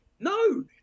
No